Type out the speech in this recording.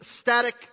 static